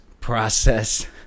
process